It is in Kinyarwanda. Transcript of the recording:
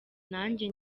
nanjye